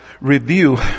review